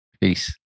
Peace